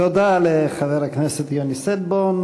תודה לחבר הכנסת יוני שטבון.